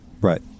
right